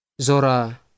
Zora